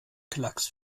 klacks